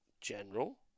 General